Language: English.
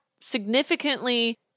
significantly